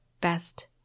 Best